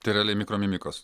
tai realiai mikromimikos